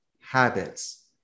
habits